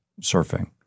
surfing